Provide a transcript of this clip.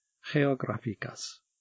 geográficas